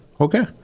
Okay